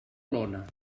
lona